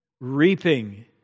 reaping